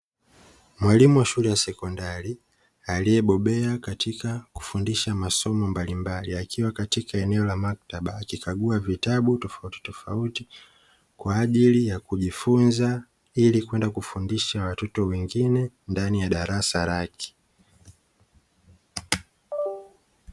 Mwalimu wa shule ya sekondari, aliyebobea katika kufundisha masomo mbalimbali; akiwa katika eneo la maktaba, akikagua vitabu tofautitofauti kwa ajili ya kujifunza, ili kwenda kufundisha watoto wengine ndani ya darasa lake.